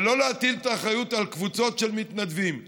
ולא להטיל את האחריות על קבוצות של מתנדבים.